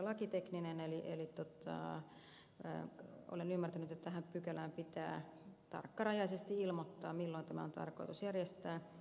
lakitekninen eli olen ymmärtänyt että tähän pykälään pitää tarkkarajaisesti ilmoittaa milloin tämä on tarkoitus järjestää